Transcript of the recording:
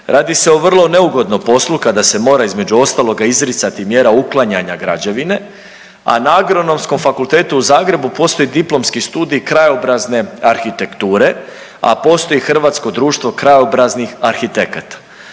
Radi se o vrlo neugodnom poslu kada se mora između ostaloga izricati mjera uklanjanja građevine, a na Agronomskom fakultetu u Zagrebu postoji diplomski studij krajobrazne arhitekture, a postoji Hrvatsko društvo krajobraznih arhitekata.